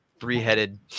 Three-headed